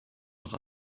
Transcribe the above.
noch